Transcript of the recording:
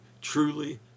truly